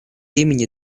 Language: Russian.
имени